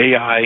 AI